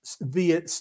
via